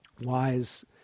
wise